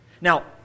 Now